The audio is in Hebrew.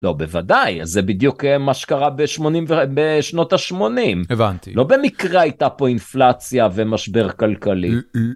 לא בוודאי, זה בדיוק מה שקרה בשנות ה-80. הבנתי. לא במקרה הייתה פה אינפלציה ומשבר כלכלי.